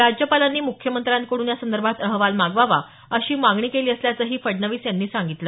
राज्यपालांनी मुख्यमंत्र्यांकड्रन यासंदर्भात अहवाल मागवावा अशी मागणी केली असल्याचंही फडणवीस यांनी सांगितलं